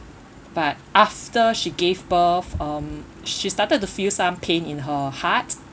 but after she gave birth um she started to feel some pain in her heart